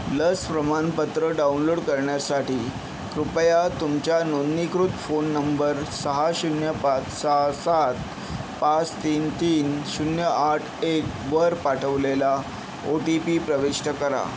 लस प्रमाणपत्र डाउनलोड करण्यासाठी कृपया तुमच्या नोंदणीकृत फोन नंबर सहा शून्य पाच सहा सात पाच तीन तीन शून्य आठ एकवर पाठवलेला ओ टी पी प्रविष्ट करा